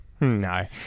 No